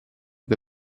che